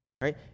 right